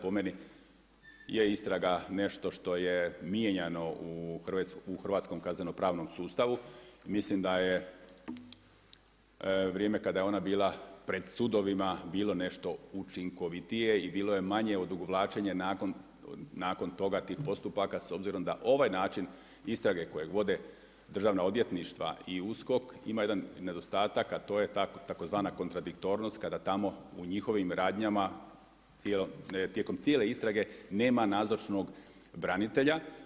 Po meni je istraga nešto što je mijenjano u hrvatskom kaznenopravnom sustavu i mislim da je vrijeme kada je ona bila pred sudovima bilo nešto učinkovitije i bilo je manje odugovlačenje nakon toga tih postupaka s obzirom da ovaj način istrage koje vode državna odvjetništva i USKOK ima jedan nedostatak, a to je tzv. kontradiktornost kada tamo u njihovim radnjama tijekom cijele istrage nema nazočnog branitelja.